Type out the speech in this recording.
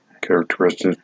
characterized